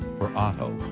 for auto,